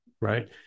Right